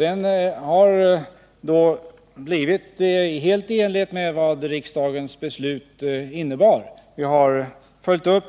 Den är helt i enlighet med vad riksdagens beslut innebar: 21 personer